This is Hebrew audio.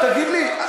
תגיד לי,